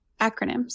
Acronyms